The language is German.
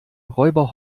räuber